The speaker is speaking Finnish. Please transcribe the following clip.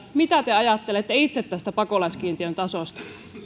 mitä te ajattelette itse tästä pakolaiskiintiön tasosta